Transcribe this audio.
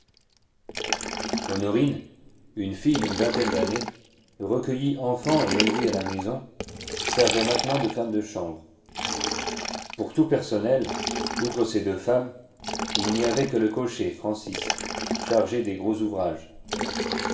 honorine une fille d'une vingtaine d'années recueillie enfant et élevée à la maison servait maintenant de femme de chambre pour tout personnel outre ces deux femmes il n'y avait que le cocher francis chargé des gros ouvrages